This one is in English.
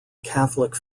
catholic